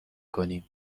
کنیم